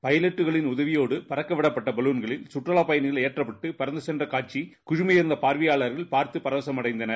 பைலட்டுகளின் உதவியோடு புறக்கவிடப்பட்ட பலூன்கள் கற்றலா பயணிகள் பறந்து சென்ற காட்சியை குழமியிருந்த பார்வையாளர்கள் பார்த்து பரவசமடைந்தனர்